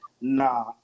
nah